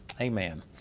Amen